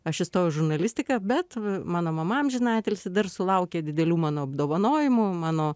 aš įstojau į žurnalistiką bet mano mama amžinatilsį dar sulaukė didelių mano apdovanojimų mano